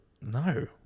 no